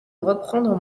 reprendre